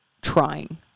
trying